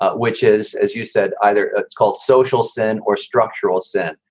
ah which is, as you said, either it's called social sin or structural sin.